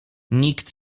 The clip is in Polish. nikt